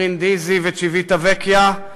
ברינדיזי וצ'יוויטווקיה,